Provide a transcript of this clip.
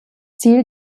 ziel